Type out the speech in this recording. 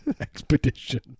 expedition